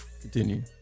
Continue